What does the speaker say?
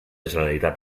generalitat